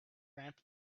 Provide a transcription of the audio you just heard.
ramp